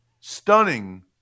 stunning